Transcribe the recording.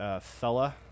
fella